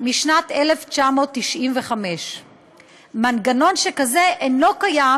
משנת 1995. מנגנון שכזה אינו קיים